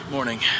Morning